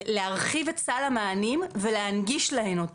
להרחיב את סל המענים ולהנגיש להן אותו.